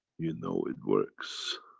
you know it works.